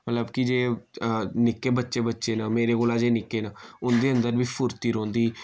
मतलब कि जे निक्के बच्चे बच्चे न मेरे कोला जे निक्के न उं'दे अंदर बी फुर्ती रौंह्नदी